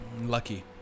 Lucky